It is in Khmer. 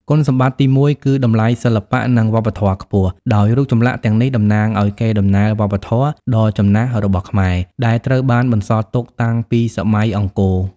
គុណសម្បត្តិទីមួយ គឺ តម្លៃសិល្បៈ និងវប្បធម៌ខ្ពស់ ដោយរូបចម្លាក់ទាំងនេះតំណាងឱ្យកេរដំណែលវប្បធម៌ដ៏ចំណាស់របស់ខ្មែរ ដែលត្រូវបានបន្សល់ទុកតាំងពីសម័យអង្គរ។